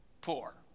poor